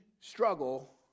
struggle